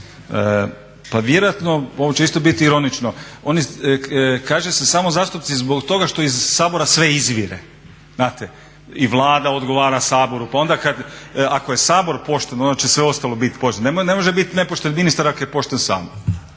Pa vjerojatno ovo će isto biti ironično. Kaže se samo zastupnici zbog toga što iz Sabora sve izvire znate i Vlada odgovara Saboru, pa onda kad, ako je Sabor pošten onda će sve ostalo bit pošteno. Ne može bit nepošten ministar ako je pošten Sabor.